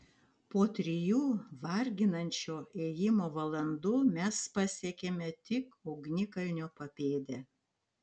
po trijų varginančio ėjimo valandų mes pasiekėme tik ugnikalnio papėdę